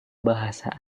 bahasa